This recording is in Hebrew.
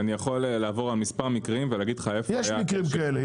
יש מקרים כאלה.